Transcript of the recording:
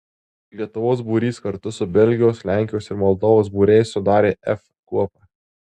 lietuvos būrys kartu su belgijos lenkijos ir moldovos būriais sudarė f kuopą